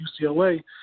UCLA